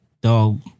dog